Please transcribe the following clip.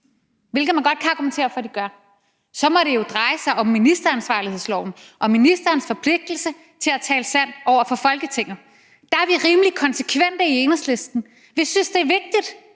hvilket man godt kan argumentere for de gør, så må det jo dreje sig om ministeransvarlighedsloven, om ministerens forpligtelse til at tale sandt over for Folketinget. Der er vi rimelig konsekvente i Enhedslisten. Vi synes, det er vigtigt,